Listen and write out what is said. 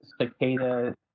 Cicada